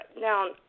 now